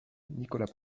nicolas